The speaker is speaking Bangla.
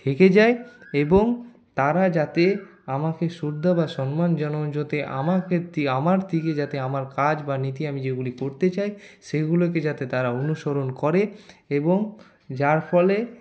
থেকে যাই এবং তারা যাতে আমাকে শ্রদ্ধা বা সম্মান জানাতে আমার ক্ষেত্রে আমার থেকে যাতে আমার কাজ বা নীতি যেগুলি আমি করতে চাই সেগুলোকে যাতে তারা অনুসরণ করে এবং যার ফলে